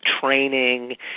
training